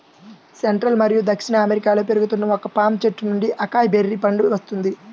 central మరియు దక్షిణ అమెరికాలో పెరుగుతున్న ఒక పామ్ చెట్టు నుండి అకాయ్ బెర్రీ పండు వస్తుంది